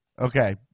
Okay